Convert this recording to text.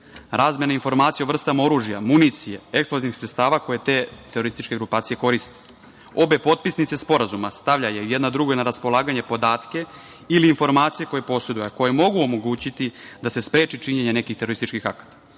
razmena informacija o vrstama oružja, municije, eksplozivnih sredstava koje te terorističke grupacije koriste. Obe potpisnice Sporazuma stavljaju jedna drugoj na raspolaganje podatke, ili informacije koje poseduju, a koje mogu omogućiti da se spreči činjenje nekih terorističkih akata. Obe